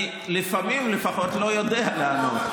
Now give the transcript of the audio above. אני לפעמים לפחות לא יודע לענות.